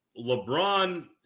LeBron